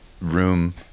room